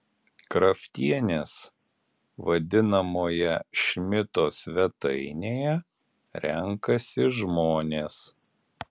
kraftienės vadinamoje šmito svetainėje renkasi žmonės